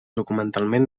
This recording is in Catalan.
documentalment